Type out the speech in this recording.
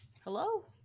hello